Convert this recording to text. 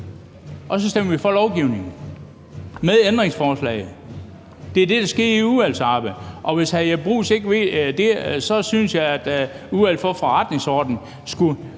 og så stemmer vi for lovforslaget med ændringsforslag. Det er det, der sker i udvalgsarbejdet. Og hvis hr. Jeppe Bruus ikke ved det, så synes jeg, at Udvalget for Forretningsordenen skulle